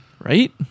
Right